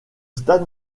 stade